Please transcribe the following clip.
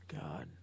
God